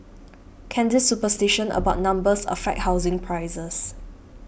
can this superstition about numbers affect housing prices